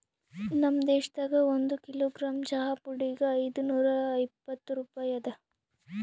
ನಮ್ ದೇಶದಾಗ್ ಒಂದು ಕಿಲೋಗ್ರಾಮ್ ಚಹಾ ಪುಡಿಗ್ ಐದು ನೂರಾ ಇಪ್ಪತ್ತು ರೂಪಾಯಿ ಅದಾ